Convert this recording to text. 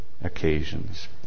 occasions